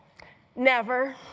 never.